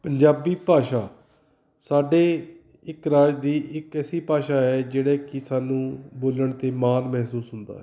ਪੰਜਾਬੀ ਭਾਸ਼ਾ ਸਾਡੇ ਇੱਕ ਰਾਜ ਦੀ ਇੱਕ ਐਸੀ ਭਾਸ਼ਾ ਹੈ ਜਿਹੜੇ ਕਿ ਸਾਨੂੰ ਬੋਲਣ 'ਤੇ ਮਾਨ ਮਹਿਸੂਸ ਹੁੰਦਾ ਹੈ